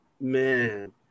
Man